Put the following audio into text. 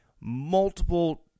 multiple